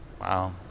Wow